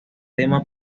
tema